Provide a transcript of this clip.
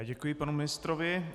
Děkuji panu ministrovi.